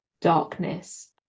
darkness